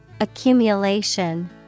Accumulation